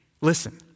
Listen